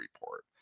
report